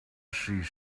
see